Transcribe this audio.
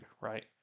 right